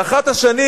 באחת השנים,